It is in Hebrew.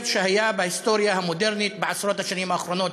שהיה בהיסטוריה המודרנית בעשרות השנים האחרונות.